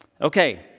Okay